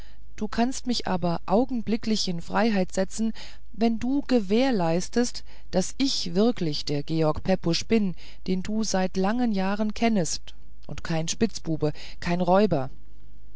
du kannst mich aber augenblicklich in freiheit setzen wenn du gewähr leistest daß ich wirklich der george pepusch bin den du seit langen jahren kennest und kein spitzbube kein räuber